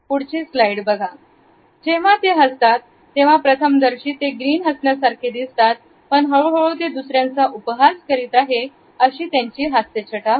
पुढची स्लाईड बघा जेव्हा ते हसतात तेव्हा प्रथम दर्शी ते ग्रीन हसण्यासारखे दिसतात पण हळूहळू ते दुसऱ्यांचा उपहास करत आहे अशी त्यांची हास्यछटा होते